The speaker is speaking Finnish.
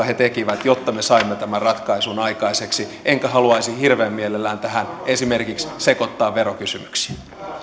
he tekivät jotta me saimme tämän ratkaisun aikaiseksi enkä haluaisi hirveän mielelläni tähän esimerkiksi sekoittaa verokysymyksiä